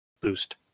boost